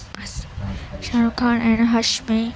بس شاہ رخ خان اینڈ ہاشمی